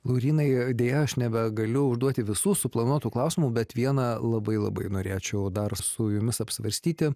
laurynai deja aš nebegaliu užduoti visų suplanuotų klausimų bet vieną labai labai norėčiau dar su jumis apsvarstyti